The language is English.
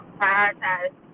prioritize